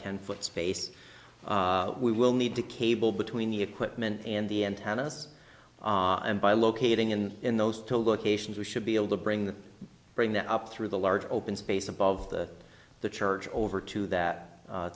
ten foot space we will need to cable between the equipment and the antennas on and by locating in in those to look ations we should be able to bring the bring that up through the large open space above the the church over to that